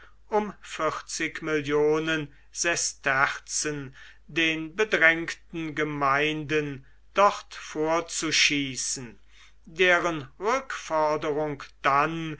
um millionen sesterzen den bedrängten gemeinden dort vorzuschießen deren rückforderung dann